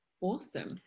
awesome